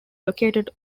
located